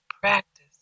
practice